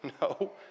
No